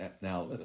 now